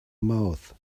mouth